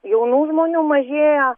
jaunų žmonių mažėja